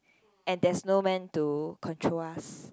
and there's no man to control us